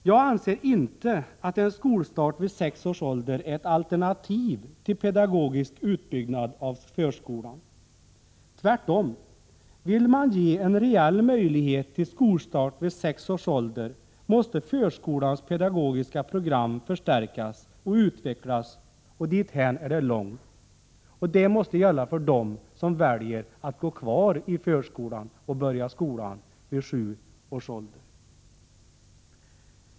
Jag anser inte att en skolstart vid sex års ålder är ett alternativ till pedagogisk utbyggnad av förskolan. Tvärtom. Vill man ge en reell möjlighet till skolstart vid sex års ålder måste förskolans pedagogiska program förstärkas och utvecklas, och dithän är det långt. Det måste gälla för dem som väljer att gå kvar i förskolan och börja skolan vid sju års ålder.